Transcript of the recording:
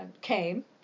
came